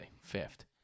fifth